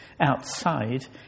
outside